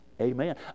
Amen